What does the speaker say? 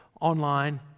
online